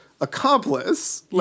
Accomplice